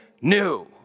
new